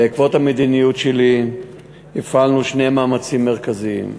בעקבות המדיניות שלי הפעלנו שני מאמצים מרכזיים: